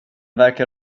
verkar